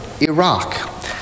Iraq